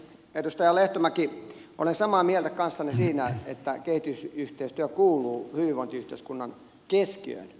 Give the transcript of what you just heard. edustaja lehtomäki olen samaa mieltä kanssanne siinä että kehitysyhteistyö kuuluu hyvinvointiyhteiskunnan keskiöön